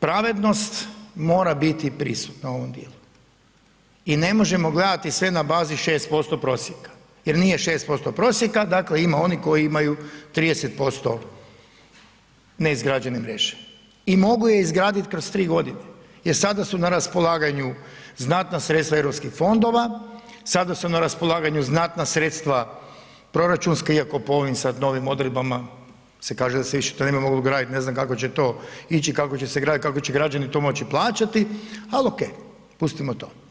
pravednost mora biti prisutna u ovom dijelu i ne možemo gledati sve na bazi 6% prosjeka, jer nije 6% prosjeka dakle ima onih koji imaju 30% neizgrađene mreže i mogu je izgradit kroz 3 godine jer sada su na raspolaganju znatna sredstva Europskih fondova, sada su na raspolaganju znatna sredstva proračunski iako po ovim sad novim odredbama se kaže da se to više ne bi moglo gradit, ne znam kako će to ići, kako će se graditi, kako že građani to moći plaćati ali ok, pustimo to.